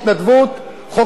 חוק שירות אזרחי,